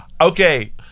Okay